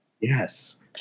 Yes